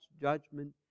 judgment